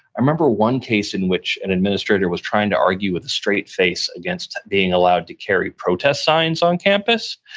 i remember one case in which an administrator was trying to argue with a straight face against being allowed to carry protest signs on campus,